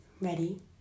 ready